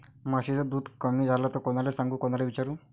म्हशीचं दूध कमी झालं त कोनाले सांगू कोनाले विचारू?